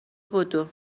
بدو